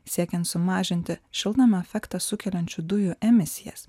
siekiant sumažinti šiltnamio efektą sukeliančių dujų emisijas